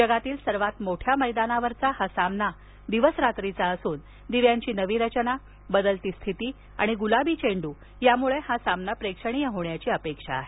जगातील सर्वात मोठ्या मैदानावरचा हा सामना दिवस रात्रीचा असून दिव्यांची नवी रचना बदलती स्थिती आणि गुलाबी चेंडू यामुळे हा सामना प्रेक्षणीय होण्याची अपेक्षा आहे